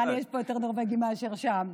נראה לי שיש פה יותר נורבגים מאשר שם.